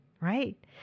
Right